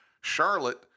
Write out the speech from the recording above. Charlotte